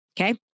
Okay